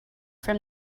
from